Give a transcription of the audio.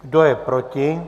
Kdo je proti?